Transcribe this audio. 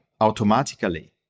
automatically